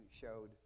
showed